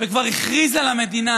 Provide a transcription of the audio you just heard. וכבר הכריז על המדינה,